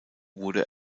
wurde